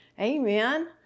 Amen